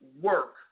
work